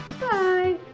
Bye